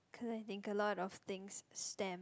collecting a lot of things stamp